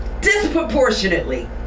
Disproportionately